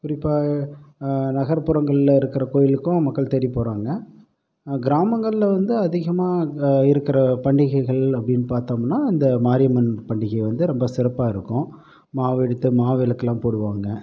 குறிப்பாக நகர்புறங்களில் இருக்க கோவிலுக்கும் மக்கள் தேடி போகிறாங்க கிராமங்களில் வந்து அதிகமாக இருக்கிற பண்டிகைகள் அப்படினு பார்த்தோம்னா இந்த மாரியம்மன் பண்டிகை வந்து ரொம்ப சிறப்பாயிருக்கும் மாவு இடித்து மாவிளக்கெலாம் போடுவாங்க